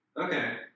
Okay